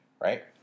right